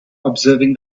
observing